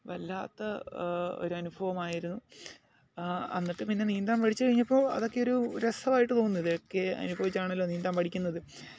വല്ലാത്ത ഒരു അനുഭവമായിരുന്നു എന്നിട്ട് പിന്നെ നീന്താൻ പഠിച്ച് കഴിഞ്ഞപ്പം അതൊക്കെ ഒരു രസായിട്ട് തോന്നുന്നു ഇതൊക്കെ അനുഭവിച്ചാണല്ലൊ നീന്താൻ പടിക്കുന്നത്